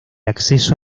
acceso